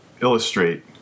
illustrate